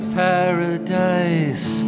paradise